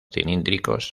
cilíndricos